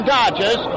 Dodgers